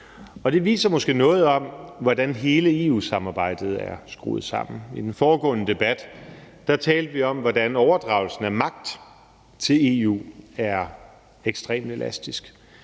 det viser måske noget om, hvordan hele EU-samarbejdet er skruet sammen. I den foregående debat talte vi om, hvordan overdragelsen af magt til EU er ekstremt elastisk.